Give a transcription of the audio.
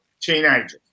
teenagers